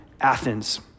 Athens